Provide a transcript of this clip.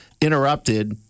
interrupted